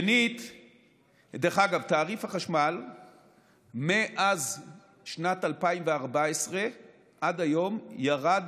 דרך אגב, מאז שנת 2014 עד היום תעריף החשמל ירד,